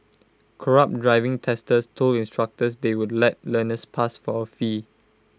corrupt driving testers told instructors they would let learners pass for A fee